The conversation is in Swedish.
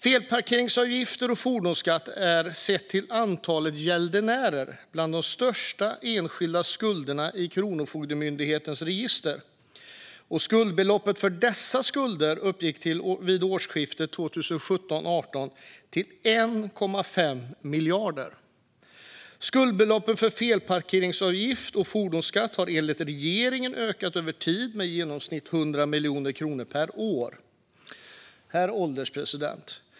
Felparkeringsavgifter och fordonsskatt är, sett till antalet gäldenärer, bland de största enskilda skuldslagen i Kronofogdemyndighetens register, och skuldbeloppet för dessa skulder uppgick vid årsskiftet 2017/18 till 1,5 miljarder. Skuldbeloppet för felparkeringsavgifter och fordonsskatt har enligt regeringen ökat över tid med i genomsnitt ca 100 miljoner kronor per år. Herr ålderspresident!